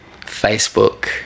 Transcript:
facebook